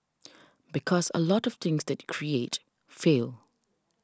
because a lot of things that create fail